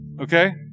Okay